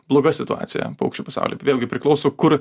bloga situacija paukščių pasauly vėlgi priklauso kur